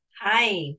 Hi